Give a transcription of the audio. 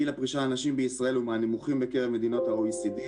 גיל הפרישה לנשים בישראל הוא מהנמוכים בקרב מדינות ה-OECD,